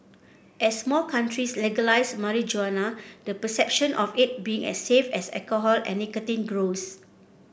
as more countries legalise marijuana the perception of it being as safe as alcohol and nicotine grows